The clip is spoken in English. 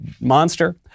monster